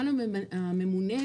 תפקידו של הממונה כאן,